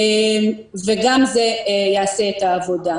וגם זה יעשה את העבודה.